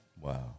Wow